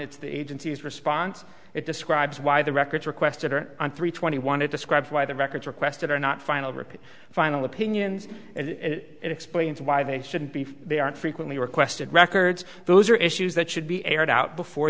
it's the agency's response it describes why the records requested are on three twenty one it describes why the records requested are not final rick final opinion and explains why they shouldn't be for they aren't frequently requested records those are issues that should be aired out before